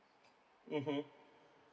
mmhmm